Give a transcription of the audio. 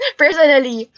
personally